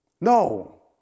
no